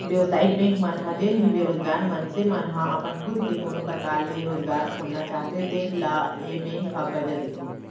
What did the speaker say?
बेवसायिक बेंक मन ह जेन भी बेरोजगार मनसे मन ह अपन खुद के कोनो परकार ले रोजगार खोलना चाहते तेन ल ए बेंक ह करजा देथे